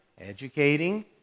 educating